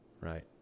Right